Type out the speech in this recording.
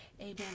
amen